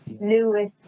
Lewis